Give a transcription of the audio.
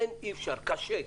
אין אי אפשר, קשה.